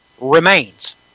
remains